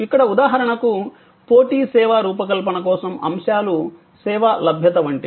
ఇక్కడ ఉదాహరణకు పోటీ సేవా రూపకల్పన కోసం అంశాలు సేవ లభ్యత వంటివి